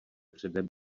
předem